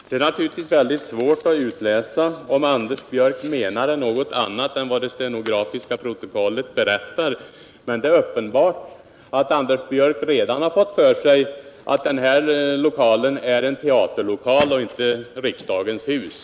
Herr talman! Det är naturligtvis väldigt svårt att utläsa om Anders Björck menade något annat än vad det stenografiska protokollet berättar. Men det är uppenbart att Anders Björck redan har fått för sig att den här lokalen är en teaterlokal och inte riksdagens hus.